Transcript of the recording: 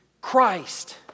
Christ